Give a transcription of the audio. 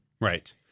Right